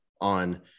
on